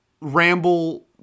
ramble